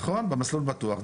נכון, במסלול "בטוח".